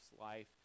life